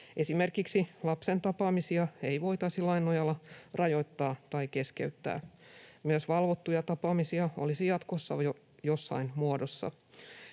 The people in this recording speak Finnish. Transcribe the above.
Esimerkiksi lapsen tapaamisia ei voitaisi lain nojalla rajoittaa tai keskeyttää. Myös valvottuja tapaamisia olisi jatkossa jossain muodossa.